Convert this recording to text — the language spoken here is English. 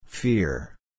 Fear